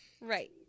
right